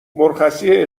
مرخصی